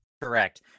Correct